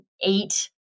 eight